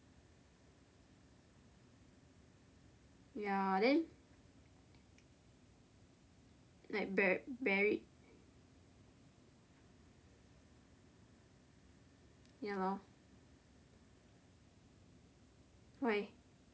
ya then like bur~ buried ya lor why